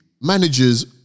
managers